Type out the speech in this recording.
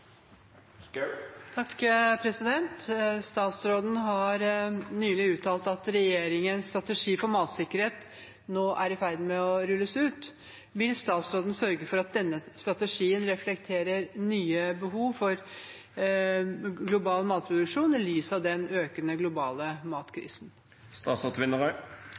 i ferd med å rulles ut. Vil statsråden sørge for at denne strategien reflekterer nye behov for global matproduksjon i lys av den økende globale